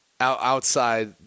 outside